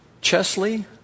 Chesley